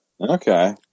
Okay